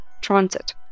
transit